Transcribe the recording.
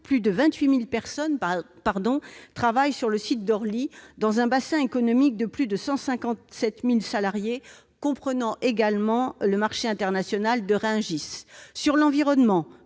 plus de 28 000 personnes travaillent sur le site d'Orly, dans un bassin économique de plus de 157 000 salariés, qui comprend également le marché international de Rungis. Conséquences sur l'environnement